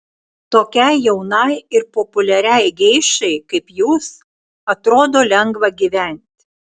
tokiai jaunai ir populiariai geišai kaip jūs atrodo lengva gyventi